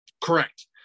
Correct